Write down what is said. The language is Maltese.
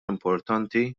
importanti